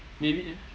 maybe ya